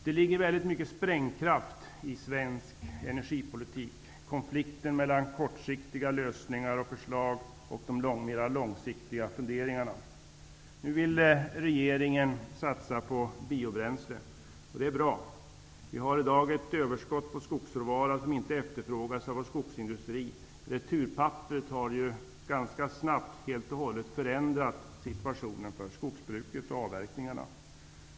Det ligger mycket av sprängkraft i svensk energipolitik, en konflikt mellan kortsiktiga lösningar och förslag och de mera långsiktiga funderingarna. Regeringen vill nu satsa på biobränsle, och det är bra. Vi har i dag ett överskott på skogsråvara som inte efterfrågas av vår skogsindustri. Returpapperet har ganska snabbt helt förändrat situationen när det gäller skogsbrukets avverkningar.